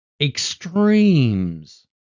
extremes